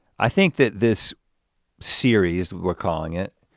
i think that this series we're calling it,